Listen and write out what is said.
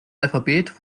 alphabet